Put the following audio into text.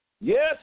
Yes